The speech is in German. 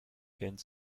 kennt